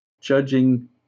judging